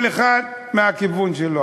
כל אחד מהכיוון שלו.